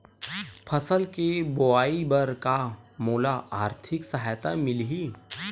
फसल के बोआई बर का मोला आर्थिक सहायता मिलही?